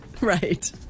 Right